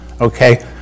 Okay